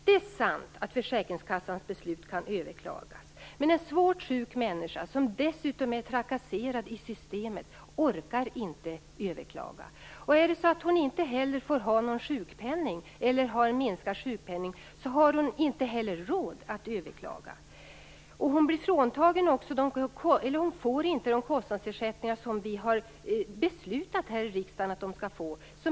Det är sant att försäkringskassans beslut kan överklagas. Men en svårt sjuk människa, som dessutom är trakasserad i systemet, orkar inte överklaga. Är det så att hon inte heller har sjukpenning eller att hon har en minskad sjukpenning, så har hon inte heller råd att överklaga. Hon får inte de kostnadsersättningar som vi har beslutat här i riksdagen att hon skall få.